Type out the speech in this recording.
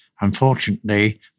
unfortunately